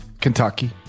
kentucky